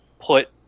put